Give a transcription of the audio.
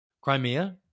Crimea